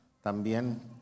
también